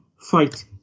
fight